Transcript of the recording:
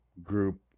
group